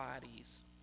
bodies